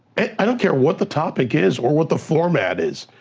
i don't care what the topic is or what the format is,